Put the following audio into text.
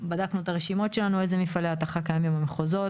בדקנו את הרשימות שלנו איזה מפעלי התכה קיימים במחוזות.